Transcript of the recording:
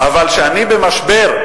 אבל כשאני במשבר,